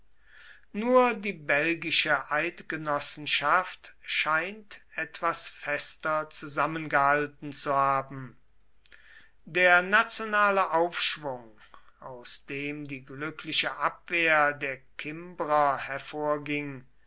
nur die belgische eidgenossenschaft scheint etwas fester zusammengehalten zu haben der nationale aufschwung aus dem die glückliche abwehr der kimbrer hervorging